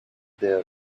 there